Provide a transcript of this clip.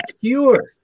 cure